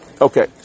Okay